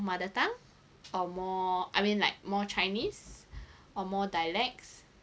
mother tongue or more I mean like more chinese or more dialects